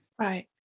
Right